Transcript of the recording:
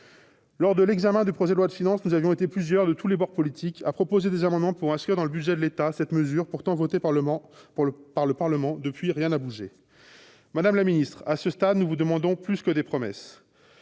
Lors de l'examen du projet de loi de finances pour 2021, nous avons été plusieurs, de tous les bords politiques, à proposer des amendements pour prolonger dans le budget de l'État cette mesure déjà votée par le Parlement. Depuis, rien n'a bougé. Madame la ministre, à ce stade, nous vous demandons plus que des promesses.